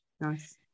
Nice